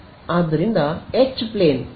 ಆದ್ದರಿಂದ H plane ಈಗ x Y